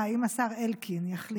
אם יהיו כמה יחידים בקואליציה המסוכנת הזו